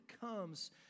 comes